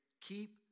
keep